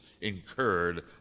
incurred